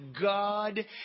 God